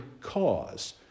cause